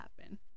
happen